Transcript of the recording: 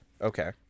Okay